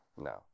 No